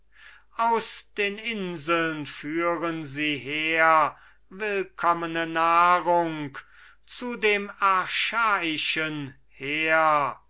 aus den inseln führen sie her willkommene nahrung zu dem achaiischen heer